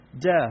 death